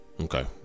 Okay